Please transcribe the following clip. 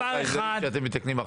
בחוק ההסדרים שאתם מתקנים עכשיו?